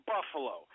Buffalo